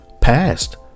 passed